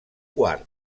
quart